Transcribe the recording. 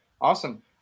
Awesome